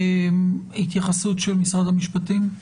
התייחסות של משרד המשפטים.